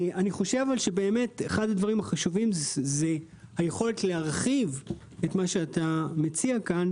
אחד הדברים החשובים זה היכולת להרחיב את מה שאתה מציע כאן